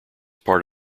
part